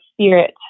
spirit